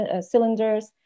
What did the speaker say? cylinders